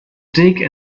dig